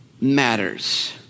matters